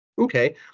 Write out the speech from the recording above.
Okay